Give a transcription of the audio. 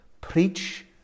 preach